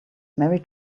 mary